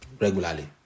regularly